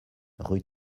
rue